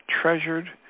treasured